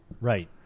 Right